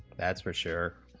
that's for sure